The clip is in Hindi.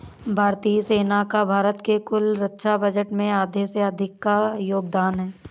भारतीय सेना का भारत के कुल रक्षा बजट में आधे से अधिक का योगदान है